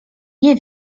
nie